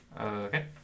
Okay